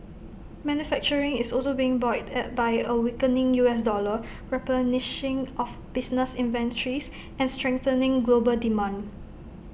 manufacturing is also being buoyed by A weakening U S dollar replenishing of business inventories and strengthening global demand